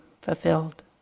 fulfilled